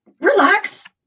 relax